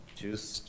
juice